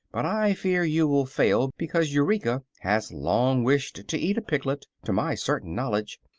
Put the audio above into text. but i fear you will fail because eureka has long wished to eat a piglet, to my certain knowledge,